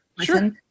Sure